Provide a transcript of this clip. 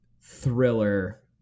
thriller